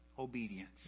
obedience